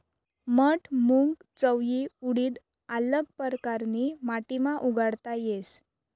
मठ, मूंग, चवयी, उडीद आल्लग परकारनी माटीमा उगाडता येस